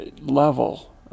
level